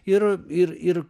ir ir ir